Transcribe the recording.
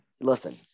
listen